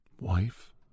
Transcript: Wife